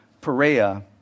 Perea